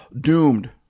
doomed